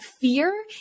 fear